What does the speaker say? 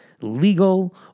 legal